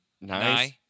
Nice